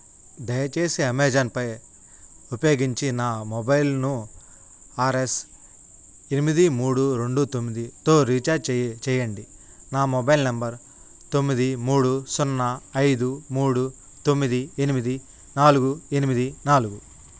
దయచేసి అమెజాన్పై ఉపయోగించి నా మొబైల్ను ఆర్ఎస్ ఎనిమిది మూడు రెండు తొమ్మిదితో రీఛార్జ్ చే చెయ్యండి నా మొబైల్ నంబర్ తొమ్మిది మూడు సున్నా ఐదు మూడు తొమ్మిది ఎనిమిది నాలుగు ఎనిమిది నాలుగు